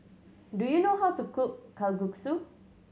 do you know how to cook Kalguksu